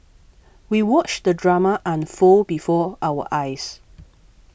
we watched the drama unfold before our eyes